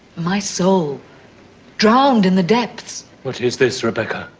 my soul drowned in the depths. what is this, rebecca?